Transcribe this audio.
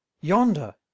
yonder